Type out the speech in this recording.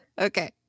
Okay